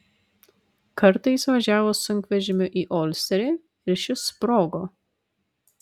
kartą jis važiavo sunkvežimiu į olsterį ir šis sprogo